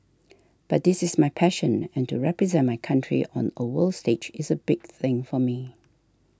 but this is my passion and to represent my country on a world stage is a big thing for me